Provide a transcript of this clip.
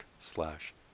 slash